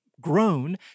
grown